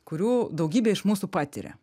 kurių daugybė iš mūsų patiria